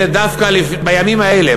שדווקא בימים האלה,